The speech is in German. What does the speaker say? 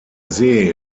see